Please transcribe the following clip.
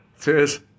Cheers